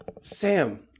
Sam